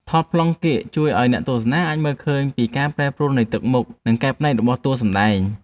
ថតប្លង់កៀកជួយឱ្យអ្នកទស្សនាអាចមើលឃើញពីការប្រែប្រួលនៃទឹកមុខ និង កែវភ្នែករបស់តួសម្ដែង។